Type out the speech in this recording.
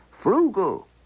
frugal